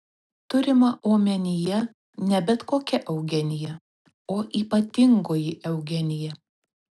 turima omenyje ne bet kokia eugenija o ypatingoji eugenija